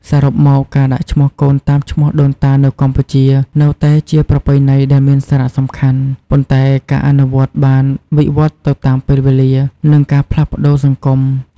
សរុបមក ការដាក់ឈ្មោះកូនតាមឈ្មោះដូនតានៅកម្ពុជា នៅតែជាប្រពៃណីដែលមានសារៈសំខាន់ ប៉ុន្តែការអនុវត្តន៍បានវិវត្តទៅតាមពេលវេលា និងការផ្លាស់ប្តូរសង្គម។